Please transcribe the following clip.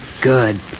Good